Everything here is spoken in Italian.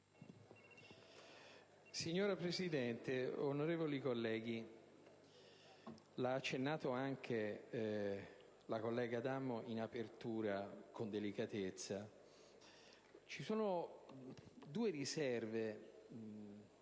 Signora Presidente, onorevoli colleghi, lo ha accennato anche la collega Adamo in apertura, con delicatezza: ci sono due riserve che